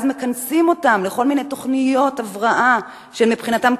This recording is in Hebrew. ואז מכנסים אותן לכל מיני תוכניות הבראה שהן מבחינתן,